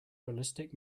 ballistic